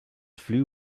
flew